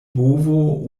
bovo